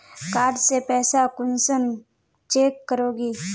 Card से पैसा कुंसम चेक करोगी?